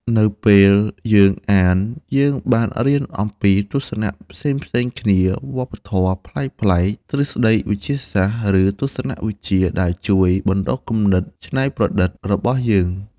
នៅពេលយើងអាន យើងបានរៀនអំពីទស្សនៈផ្សេងៗគ្នា វប្បធម៌ប្លែកៗ ទ្រឹស្ដីវិទ្យាសាស្ត្រ ឬទស្សនវិជ្ជា ដែលជួយ បណ្ដុះគំនិតច្នៃប្រឌិត របស់យើង។